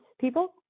people